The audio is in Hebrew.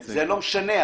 זה לא משנה.